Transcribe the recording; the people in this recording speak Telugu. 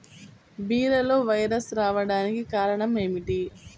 బీరలో వైరస్ రావడానికి కారణం ఏమిటి?